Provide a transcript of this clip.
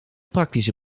praktische